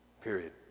Period